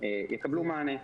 יקבלו מענה.